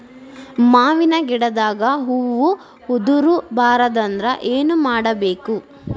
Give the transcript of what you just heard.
ಮಾವಿನ ಗಿಡದಾಗ ಹೂವು ಉದುರು ಬಾರದಂದ್ರ ಏನು ಮಾಡಬೇಕು?